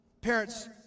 parents